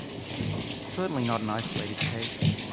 it's certainly not an isolated case.